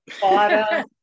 Bottom